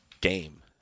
game